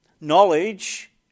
knowledge